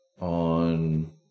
on